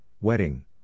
Wedding